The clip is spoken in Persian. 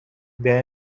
بیا